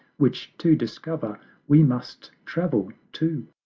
which to discover we must travel too.